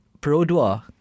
Perodua